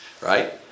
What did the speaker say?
right